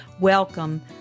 Welcome